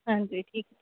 ਹਾਂਜੀ ਠੀਕ